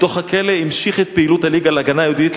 מתוך הכלא המשיך את פעילות "הליגה להגנה יהודית",